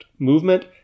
movement